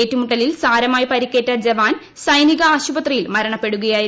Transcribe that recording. ഏറ്റുമുട്ടലിൽ ് സാരമായി പരിക്കേറ്റ ജവാൻ സൈനിക ആശുപ്പത്തിയിൽ മരണപ്പെടുകയായിരുന്നു